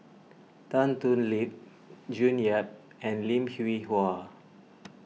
Tan Thoon Lip June Yap and Lim Hwee Hua